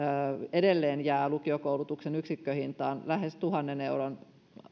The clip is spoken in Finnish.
edelleen jää lukiokoulutuksen yksikköhintaan lähes tuhannen euron